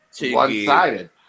one-sided